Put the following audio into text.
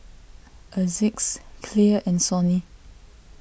Asics Clear and Sony